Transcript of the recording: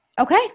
Okay